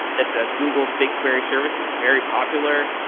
that's that's google's big query service. it's very popular.